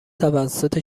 توسط